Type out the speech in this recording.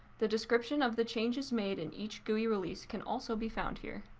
the description of the changes made in each gui release can also be found here.